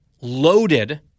loaded